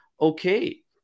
okay